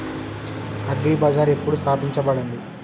Agri bazaar ఎప్పుడు స్థాపించబడింది?